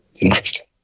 interesting